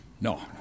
No